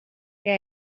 què